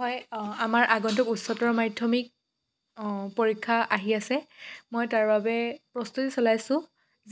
হয় আমাৰ আগন্তুক উচ্চতৰ মাধ্যমিক পৰীক্ষা আহি আছে মই তাৰ বাবে প্ৰস্তুতি চলাইছোঁ